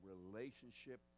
relationship